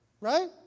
right